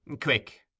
Quick